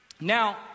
Now